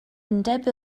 undeb